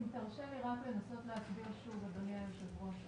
אם תרשה לי לנסות להסביר שוב אדוני היושב ראש.